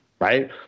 right